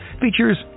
features